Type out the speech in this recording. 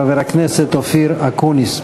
חבר הכנסת אופיר אקוניס.